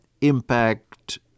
impact